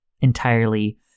entirely